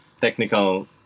technical